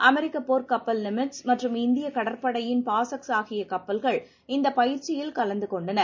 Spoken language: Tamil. அமெரிக்க போர் கப்பல் நிமிட்ஸ் மற்றும் இந்திய கடற்படையின் பாசக்ஸ் ஆகிய கப்பல்கள் இந்தப் பயிற்சியில் கல்நதுகொண்டன